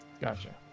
Gotcha